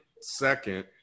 second